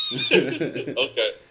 Okay